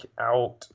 out